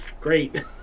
Great